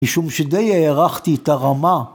‫משום שדי הערכתי את הרמה.